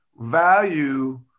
value